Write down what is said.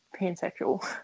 pansexual